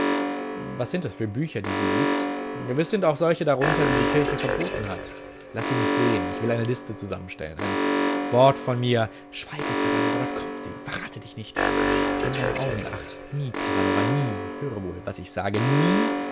was sind es für bücher die sie liest gewiß sind auch solche darunter die die kirche verboten hat laß sie mich sehen ich will eine liste zusammenstellen ein wort von mir schweige casanova dort kommt sie verrate dich nicht nimm deine augen in acht nie casanova nie höre wohl was ich sage nie